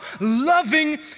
loving